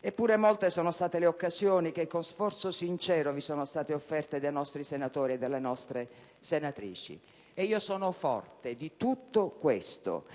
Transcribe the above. Eppure molte sono state le occasioni che con sforzo sincero vi sono state offerte dai nostri senatori e dalle nostre senatrici. E sono forte di tutto questo,